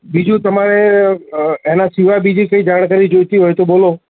બીજું તમારે એના સિવાય બીજી કંઈ જાણકારી જોઈતી હોય તો બોલો